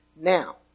Now